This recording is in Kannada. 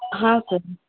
ಹಾಂ ಸರ್